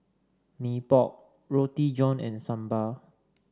Mee Pok Roti John and Sambal